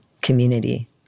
community